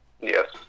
Yes